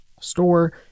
store